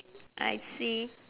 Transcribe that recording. I see